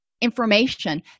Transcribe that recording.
information